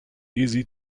easy